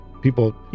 people